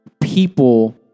people